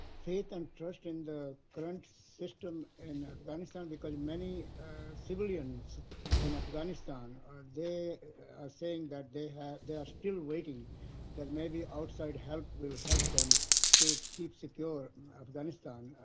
faith and trust in the current system in afghanistan, because many civilians in afghanistan are they are saying that they they are still waiting that maybe outside help will help them to keep secure afghanistan?